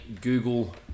Google